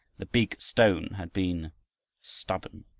the big stone had been stubborn,